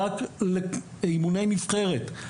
רק לאימוני נבחרת.